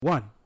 One